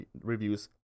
reviews